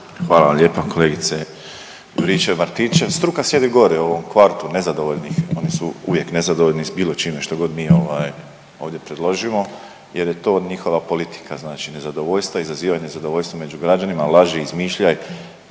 Hvala vam lijepa kolegice Juričev-Martinčev. Struka sjedi gore u ovom kvartu nezadovoljnih. Oni su uvijek nezadovoljni sa bilo čime što god mi ovdje predložimo jer je to njihova politika, znači nezadovoljstva, izaziva nezadovoljstva među građanima, laži, izmišlja,